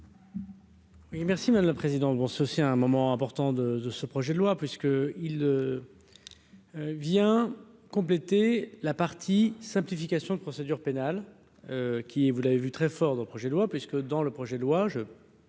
merci madame la présidente, bon ceci à un moment important de de ce projet de loi puisque il vient compléter la partie simplification de procédure pénale, qui, vous l'avez vu, très fort dans le projet de loi